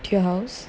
to your house